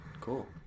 Cool